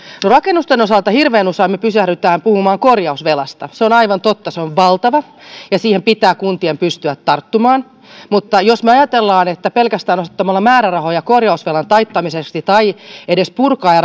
rakennusten osalta hirveän usein me pysähdymme puhumaan korjausvelasta se on aivan totta se on valtava ja siihen pitää kuntien pystyä tarttumaan mutta jos me ajattelemme että me pelkästään osoitamme määrärahoja korjausvelan taittamiseksi tai edes puramme ja